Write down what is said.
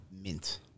mint